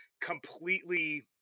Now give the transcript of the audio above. completely